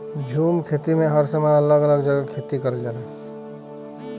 झूम खेती में हर समय अलग अलग जगह खेती करल जाला